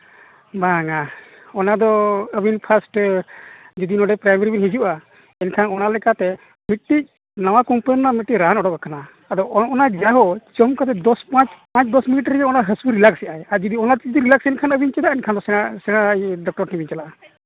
ᱵᱟᱝᱟ ᱚᱱᱟᱫᱚ ᱟᱹᱵᱤᱱ ᱯᱷᱟᱥᱴᱮ ᱡᱩᱫᱤ ᱱᱚᱰᱮ ᱯᱨᱟᱭᱢᱟᱨᱤ ᱵᱮᱱ ᱦᱤᱡᱩᱜᱼᱟ ᱮᱱᱠᱷᱟᱱ ᱚᱱᱟ ᱞᱮᱠᱟᱛᱮ ᱢᱤᱫᱴᱤᱡ ᱱᱟᱣᱟ ᱠᱳᱢᱯᱟᱱᱤ ᱨᱮᱱᱟᱜ ᱢᱤᱫᱴᱮᱱ ᱨᱟᱱ ᱩᱰᱩᱠ ᱟᱠᱟᱱᱟ ᱟᱫᱚ ᱚᱱ ᱚᱱᱟ ᱡᱚᱢ ᱠᱟᱛᱮᱫ ᱫᱚᱥ ᱯᱟᱸᱪ ᱯᱟᱸᱪ ᱫᱚᱥ ᱢᱤᱱᱤᱴ ᱚᱱᱟ ᱦᱟᱹᱥᱩ ᱨᱤᱞᱟᱠᱥᱮᱹᱫᱟᱭ ᱟᱨ ᱡᱩᱫᱤ ᱥᱮᱬᱟ ᱰᱚᱠᱴᱚᱨ ᱴᱷᱮᱱ ᱵᱮᱱ ᱪᱟᱞᱟᱜᱼᱟ